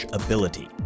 ability